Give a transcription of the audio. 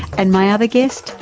and my other guest,